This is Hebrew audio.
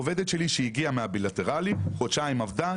עובדת שלי שהגיעה מהבילטרלי חודשיים עבדה,